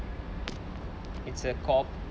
it's a cop